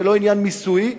ולא עניין מיסויי,